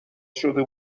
شده